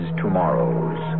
tomorrows